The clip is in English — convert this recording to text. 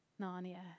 Narnia